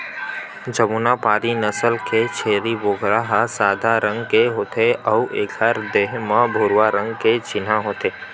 जमुनापारी नसल के छेरी बोकरा ह सादा रंग के होथे अउ एखर देहे म भूरवा रंग के चिन्हा होथे